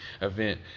event